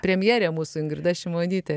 premjerė mūsų ingrida šimonytė